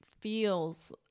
feels